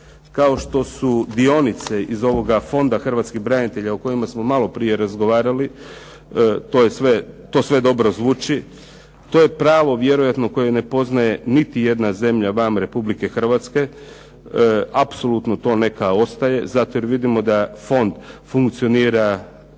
kao što su dionice iz ovoga Fonda hrvatskih branitelja o kojima smo maloprije razgovarali, to sve dobro zvuči. To je pravo vjerojatno koje ne poznaje niti jedna zemlja van Republike Hrvatske. Apsolutno to neka ostaje zato jer vidimo da fond funkcionira